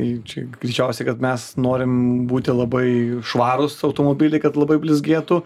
tai čia greičiausia kad mes norim būti labai švarūs automobiliai kad labai blizgėtų